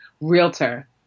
realtor